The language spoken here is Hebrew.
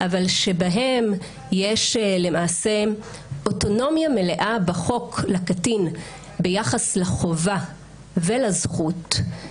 אבל שבהם יש למעשה אוטונומיה מלאה בחוק לקטין ביחס לחובה ולזכות,